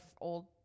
old